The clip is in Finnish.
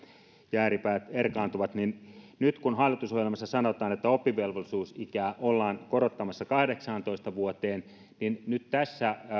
ja ääripäät erkaantuvat niin nyt kun hallitusohjelmassa sanotaan että oppivelvollisuusikää ollaan korottamassa kahdeksaantoista vuoteen niin tässä